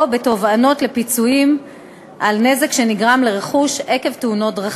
או בתובענות לפיצויים על נזק שנגרם לרכוש עקב תאונות דרכים.